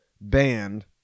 band